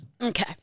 okay